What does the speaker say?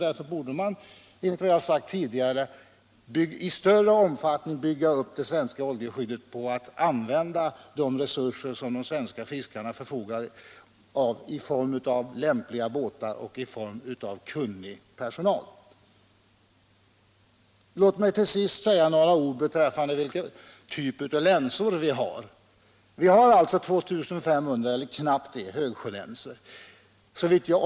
Därför borde man, som jag sagt tidigare, i större omfattning bygga upp det svenska oljeskyddet på att använda de resurser som de svenska fiskarna förfogar över i form av lämpliga båtar och kunnig personal. Låt mig till sist säga några ord om vilken typ av länsor vi har. Det är alltså så att vi har 2 500 meter högsjölänsor, eller knappt det.